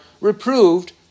reproved